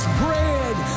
bread